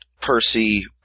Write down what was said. Percy